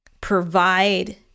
provide